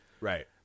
right